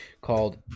called